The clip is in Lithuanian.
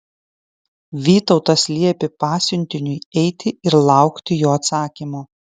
vytautas liepė pasiuntiniui eiti ir laukti jo atsakymo